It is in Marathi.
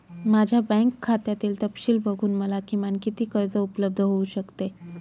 माझ्या बँक खात्यातील तपशील बघून मला किमान किती कर्ज उपलब्ध होऊ शकते?